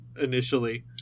initially